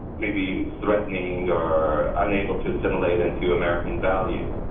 maybe threatening or unable to assimilate into american values.